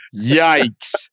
Yikes